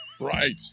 Right